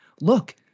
look